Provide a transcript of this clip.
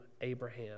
Abraham